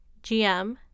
GM